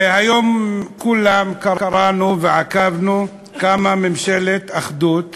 היום כולנו עקבנו וקראנו שקמה ממשלת אחדות